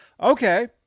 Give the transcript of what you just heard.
okay